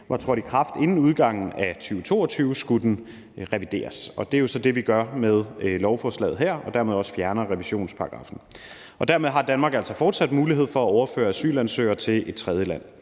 var trådt i kraft inden udgangen af 2022, skulle den revideres, og det er så det, vi gør med lovforslaget her, og dermed fjerner vi også revisionsparagraffen. Og dermed har Danmark altså fortsat mulighed for at overføre asylansøgere til et tredjeland.